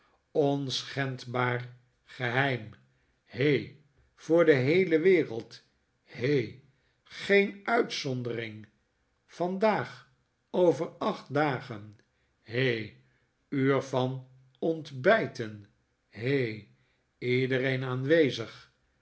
onschendbaar geheim he voor de heele wereld he geen uitzondering vandaag over acht dagen he uur van ohtbijten he iedereen aanwezig